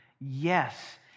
Yes